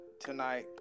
tonight